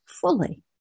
fully